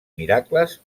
miracles